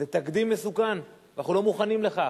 זה תקדים מסוכן, ואנחנו לא מוכנים לכך.